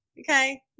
okay